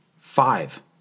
Five